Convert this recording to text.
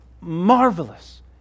marvelous